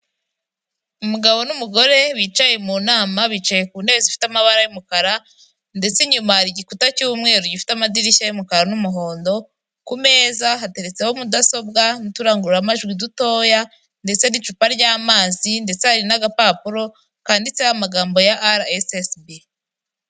Umugabo n'umugore bicaye mu nama, bicaye ku ntebe zi ifite amabara y'umukara ndetse inyuma hari igikuta cy'umweru gifite amadirishya y'umukara n'umuhondo, ku meza hateretseho mudasobwa n'uturangururamajwi dutoya ndetse n'icupa ry'amazi ndetse hari n'agapapuro kanditseho amagambo ya ara esesibi.